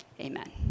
Amen